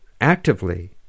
actively